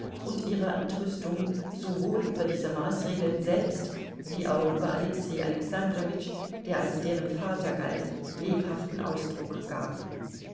und ihrer entrüstung sowohl über diese maßregeln selbst wie auch über alexei alexandrowitsch der als deren vater galt lebhaften ausdruck gaben